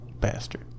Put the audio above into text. bastard